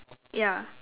yeah